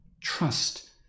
trust